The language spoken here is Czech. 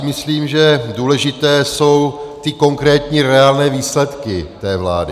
Myslím si, že důležité jsou konkrétní, reálné výsledky vlády.